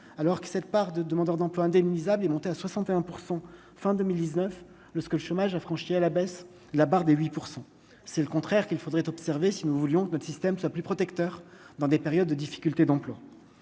alors que cette part de demandeurs d'emploi indemnisables est monté à 61 % fin 2019 le ce que le chômage a franchi à la baisse la barre des 8 % c'est le contraire qu'il faudrait observer si nous voulions que notre système soit plus protecteur dans des périodes de difficultés d'emploi,